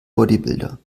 bodybuilder